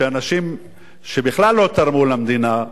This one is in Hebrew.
שאנשים שבכלל לא תרמו למדינה,